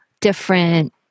different